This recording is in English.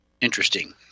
interesting